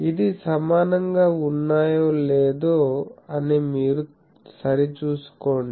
ఇది సమానంగా ఉన్నాయో లేదో అని మీరు సరిచూసుకోండి